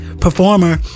performer